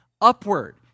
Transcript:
upward